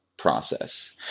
process